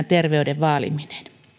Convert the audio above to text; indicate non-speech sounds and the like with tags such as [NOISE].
[UNINTELLIGIBLE] terveyden vaaliminen